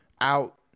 out